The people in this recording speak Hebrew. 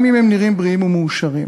גם אם הם נראים בריאים ומאושרים.